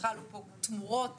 וחלו פה תמורות